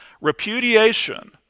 repudiation